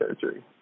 surgery